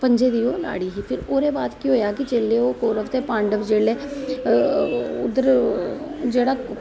पंजे दी ओह् लाड़ी ही ओहदे बाद केह् होआ कि जिसलै ओह् कौरव ते पांडव जिसलै उद्धर जेहड़ा